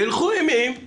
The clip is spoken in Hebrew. והילכו אימים,